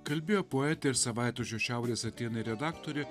kalbėjo poetė ir savaitraščio šiaurės atėnai redaktorė